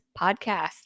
podcast